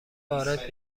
وارد